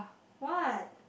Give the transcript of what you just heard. what